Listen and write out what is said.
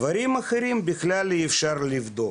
דברים אחרים בכלל אי אפשר לבדוק,